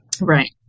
right